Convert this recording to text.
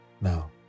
Now